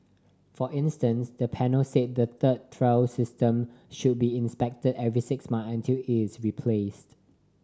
for instance the panel said the third rail system should be inspected every six months until it is replaced